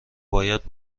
باید